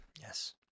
yes